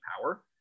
power